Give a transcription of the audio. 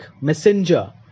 messenger